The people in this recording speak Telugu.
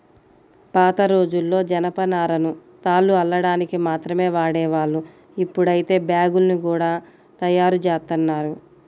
పాతరోజుల్లో జనపనారను తాళ్లు అల్లడానికి మాత్రమే వాడేవాళ్ళు, ఇప్పుడైతే బ్యాగ్గుల్ని గూడా తయ్యారుజేత్తన్నారు